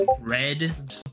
Red